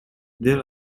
there